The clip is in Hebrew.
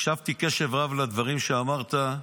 לדברים שאמרת.